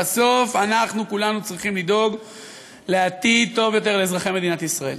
בסוף אנחנו כולנו צריכים לדאוג לעתיד טוב יותר לאזרחי מדינת ישראל.